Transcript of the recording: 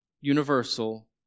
universal